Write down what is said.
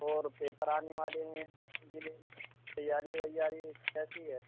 اور پیپر آنے والے ہیں بس ان کے لیے تیاری ویاری کیسی ہے